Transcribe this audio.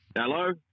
Hello